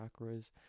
chakras